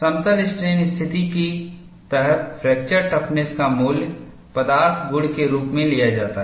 समतल स्ट्रेन स्थिति के तहत फ्रैक्चर टफनेस का मूल्य पदार्थ गुण के रूप में लिया जाता है